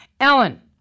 Ellen